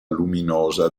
luminosa